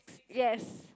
yes